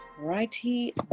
Righty